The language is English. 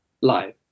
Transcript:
live